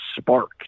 spark